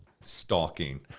stalking